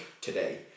Today